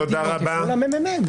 תפנו לממ"מ.